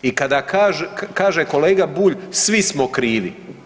I kada kaže kolega Bulj „svi smo krivi“